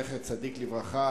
זכר צדיק לברכה,